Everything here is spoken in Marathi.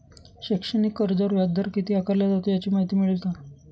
शैक्षणिक कर्जावर व्याजदर किती आकारला जातो? याची माहिती मिळेल का?